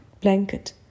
blanket